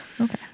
okay